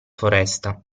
foresta